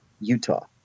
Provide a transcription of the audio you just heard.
Utah